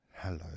Hello